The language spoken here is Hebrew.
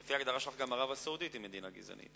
לפי ההגדרה שלך, גם ערב-הסעודית היא מדינה גזענית.